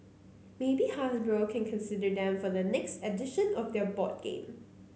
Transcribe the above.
maybe Hasbro can consider them for their next edition of their board game